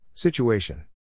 Situation